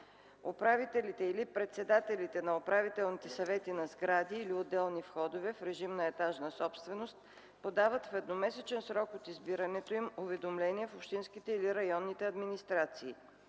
Управителите или председателите на управителните съвети на сгради или отделни входове в режим на етажна собственост подават в едномесечен срок от избирането им уведомление в общинските или районните администрации.